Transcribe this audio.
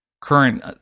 current